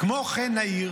כמו כן, נעיר